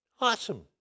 Awesome